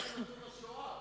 רק השואה.